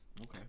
Okay